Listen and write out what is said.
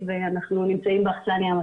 אנחנו חושבים שזה מהלך נכון